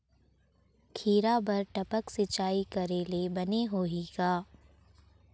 खिरा बर टपक सिचाई करे ले बने होही का?